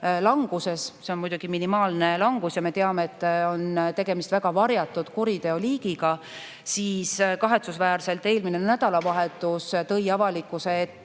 languses – see on muidugi minimaalne langus ja me teame, et on tegemist väga varjatud kuriteoliigiga –, siis kahetsusväärselt eelmine nädalavahetus tõi avalikkuse ette